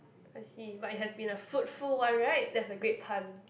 I see but it has been a fruitful one right that's a great pun